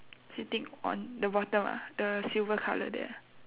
sitting on the bottom ah the silver colour there ah